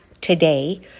today